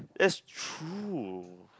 that's true